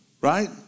right